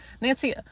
Nancy